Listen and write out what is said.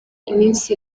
iminsi